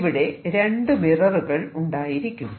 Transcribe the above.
ഇവിടെ രണ്ടു മിററുകൾ ഉണ്ടായിരിക്കും